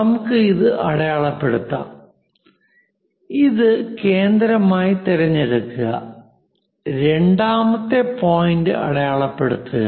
നമുക്ക് ഇത് അടയാളപ്പെടുത്താം ഇത് കേന്ദ്രമായി തിരഞ്ഞെടുക്കുക രണ്ടാമത്തെ പോയിന്റ് അടയാളപ്പെടുത്തുക